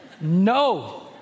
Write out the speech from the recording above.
No